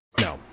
No